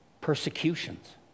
persecutions